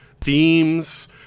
themes